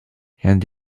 and